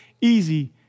easy